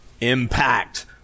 impact